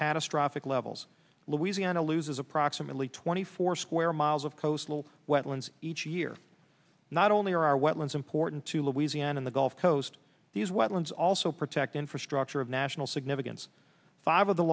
catastrophic levels louisiana loses approximately twenty four square miles of coastal wetlands each year not only are our wetlands important to louisiana in the gulf coast these wetlands also protect infrastructure of national significance five of the